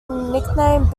nicknamed